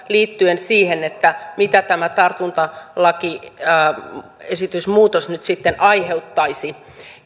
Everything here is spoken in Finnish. liittyen siihen mitä tämä tartuntalakiesitysmuutos nyt sitten aiheuttaisi